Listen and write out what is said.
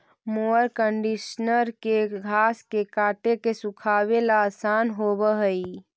mower conditioner के घास के काट के सुखावे ला आसान होवऽ हई